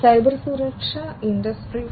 cyber സുരക്ഷ industry 4